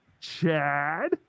chad